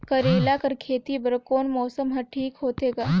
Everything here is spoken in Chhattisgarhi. करेला कर खेती बर कोन मौसम हर ठीक होथे ग?